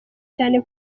cyane